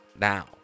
Now